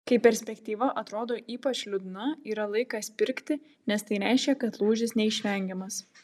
kai perspektyva atrodo ypač liūdna yra laikas pirkti nes tai reiškia kad lūžis neišvengiamas